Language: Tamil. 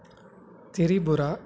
திரிபுரா